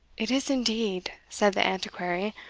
it is indeed, said the antiquary,